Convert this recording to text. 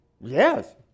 yes